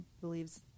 believes